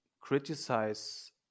criticize